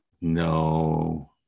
No